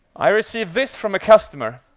i received this from a customer,